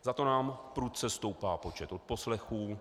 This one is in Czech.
Zato nám prudce stoupá počet odposlechů.